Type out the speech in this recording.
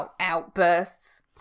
outbursts